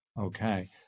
okay